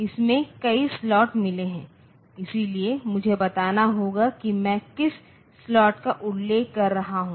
इसमें कई स्लॉट मिले हैं इसलिए मुझे बताना होगा कि मैं किस स्लॉट का उल्लेख कर रहा हूं